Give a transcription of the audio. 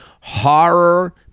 horror